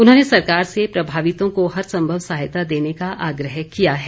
उन्होंने सरकार से प्रभावितों को हर संभव सहायता देने का आग्रह किया है